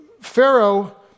Pharaoh